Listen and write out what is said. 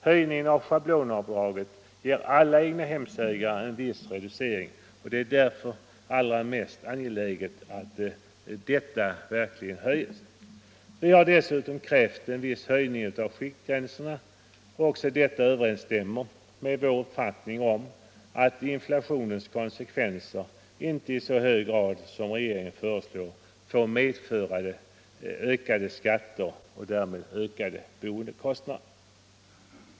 Höjningen av schablonavdraget ger alla egnahemsägare en viss reducering, och det är därför allra mest angeläget att detta avdrag verkligen höjs. Vi har dessutom krävt en viss höjning av skiktgränserna, och också detta överensstämmer med vår uppfattning om att inflationens konsekvenser inte i så hög grad som regeringen föreslår får medföra ökade skatter och därmed ökade boendekostnader.